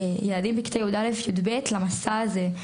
ילדים בכיתה י"א ו-י"ב, למסע הזה.